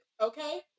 Okay